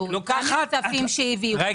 גם מכספים שהביאו,